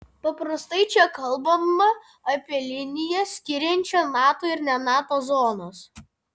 paprastai čia kalbama apie liniją skiriančią nato ir ne nato zonas